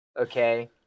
okay